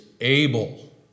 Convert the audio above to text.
able